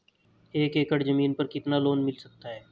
एक एकड़ जमीन पर कितना लोन मिल सकता है?